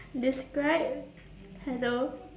describe hello